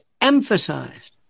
emphasized